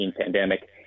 pandemic